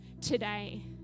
today